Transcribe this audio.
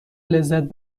لذت